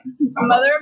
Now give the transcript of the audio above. Mother